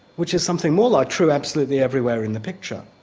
which is something more like true absolutely everywhere in the picture.